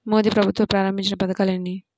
మోదీ ప్రభుత్వం ప్రారంభించిన పథకాలు ఎన్ని?